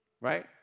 Right